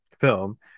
film